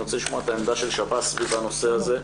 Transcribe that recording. העמדה של שב"ס סביב הנושא הזה,